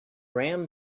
ram